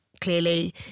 clearly